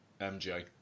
MJ